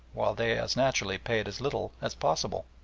while they as naturally paid as little as possible.